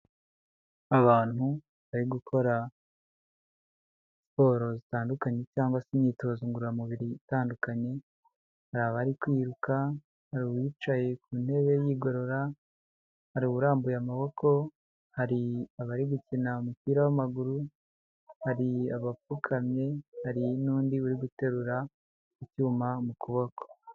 Abantu bari gukora siporo zitandukanye cyangwa se imyitozo ngororamubiri itandukanye hari abari kwiruka, hari uwicaye ku ntebe yigorora, hari urambuye amaboko, hari abari gukina umupira w'maguru, hari abapfukamye, hari n'undi uri guterura icyuma mu kuboko.